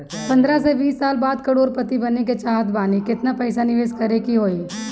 पंद्रह से बीस साल बाद करोड़ पति बने के चाहता बानी केतना पइसा निवेस करे के होई?